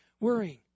worrying